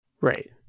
Right